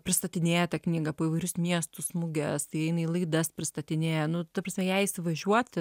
pristatinėja tą knygą po įvairius miestus muges eina į laidas pristatinėja nu ta prasme jai įsivažiuoti